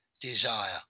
desire